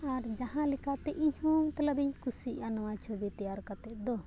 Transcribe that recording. ᱟᱨ ᱡᱟᱦᱟᱸ ᱞᱮᱠᱟᱛᱮ ᱤᱧ ᱦᱚᱸ ᱢᱚᱛᱞᱚᱵ ᱤᱧ ᱠᱩᱥᱤᱭᱟᱜᱼᱟ ᱱᱚᱣᱟ ᱪᱷᱚᱵᱤ ᱛᱮᱭᱟᱨ ᱠᱟᱛᱮᱫ ᱫᱚ